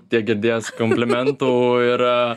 tiek girdėjęs komplimentų ir